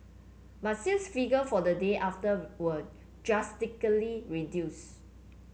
but sales figure for the day after were drastically reduce